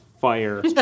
fire